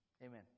Amen